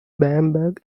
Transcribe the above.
bamberg